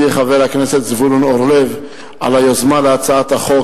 חבר הכנסת זבולון אורלב על היוזמה להצעת חוק,